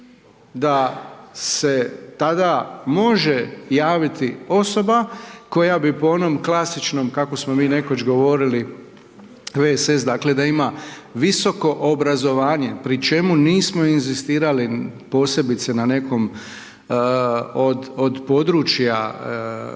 da se tada može javiti osoba koja bi po onom klasičnom kako smo mi nekoć govorili VSS dakle da ima visoko obrazovanje pri čemu nismo inzistirali posebice na nekom od područja